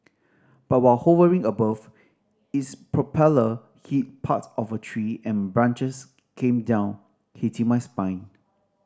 but while hovering above its propeller hit part of a tree and branches came down hitting my spine